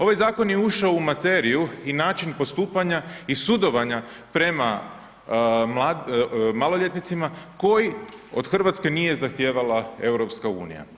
Ovaj zakon je ušao u materiju i način postupanja i sudovanja prema maloljetnicima koji od Hrvatske nije zahtijevala EU.